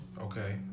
Okay